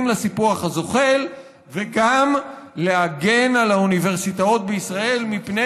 לסיפוח הזוחל וגם להגן על האוניברסיטאות בישראל מפני